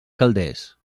calders